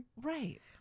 right